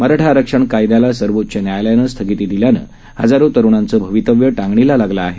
मराठा आरक्षण कायद्याला सर्वोच्च न्यायालयानं स्थगिती दिल्यामुळे हजारो तरुणांचं भवितव्य टांगणीला लागलं आहे